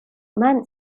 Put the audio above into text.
მან